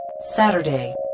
Saturday